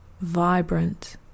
Vibrant